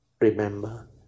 remember